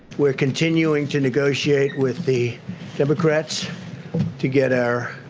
we're continuing to negotiate with the democrats to get there.